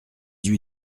huit